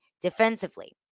defensively